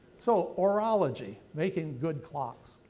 so horology, making good clocks.